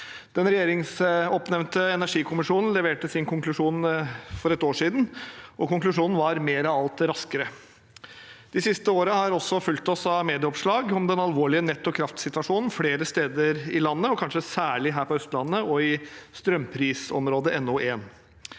Den regjeringsoppnevnte energikommisjonen leverte sin konklusjon for ett år siden, og konklusjonen var: mer av alt, raskere. Det siste året har det også blitt fulgt opp av medieoppslag om den alvorlige netto kraftsituasjonen flere steder i landet, og kanskje særlig her på Østlandet og i strømprisområdet NO1.